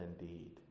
indeed